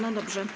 No dobrze.